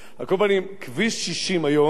על כל פנים, כביש 60 היום,